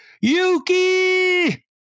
Yuki